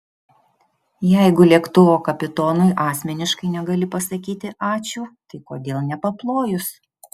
jeigu lėktuvo kapitonui asmeniškai negali pasakyti ačiū tai kodėl nepaplojus